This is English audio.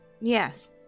yes